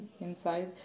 inside